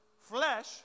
flesh